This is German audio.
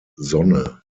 sonne